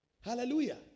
Hallelujah